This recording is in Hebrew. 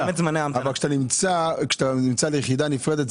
אבל כשאתה נמצא ביחידה נפרדת,